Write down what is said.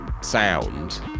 sound